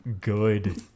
good